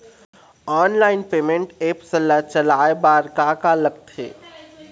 Online payment apps ला चलाए बार का का लगथे?